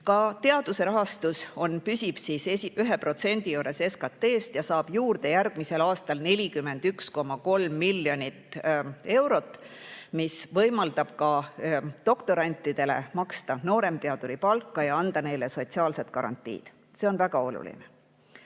Ka teaduse rahastus püsib 1% juures SKT‑st ja saab järgmisel aastal juurde 41,3 miljonit eurot, mis võimaldab ka doktorantidele maksta nooremteaduri palka ja anda neile sotsiaalsed garantiid. See on väga oluline.